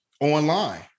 online